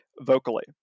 vocally